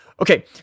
Okay